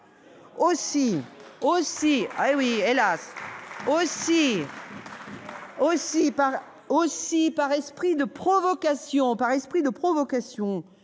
Aussi, par esprit de provocation,